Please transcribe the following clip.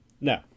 No